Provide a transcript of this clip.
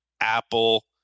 Apple